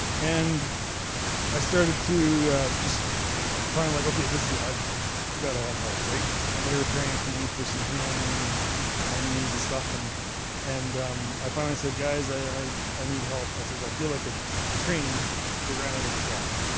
and i started to just finally okay, this is it. i've got to have help, right? and they were praying for me for some healing and my knees and stuff. and and i finally said, guys, i i need help. i says, i feel like a train that ran out of track.